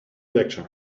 lecture